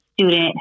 student